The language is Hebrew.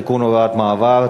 תיקון הוראת המעבר,